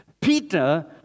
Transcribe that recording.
Peter